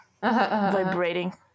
vibrating